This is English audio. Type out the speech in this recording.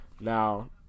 Now